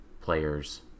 players